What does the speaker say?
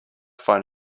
find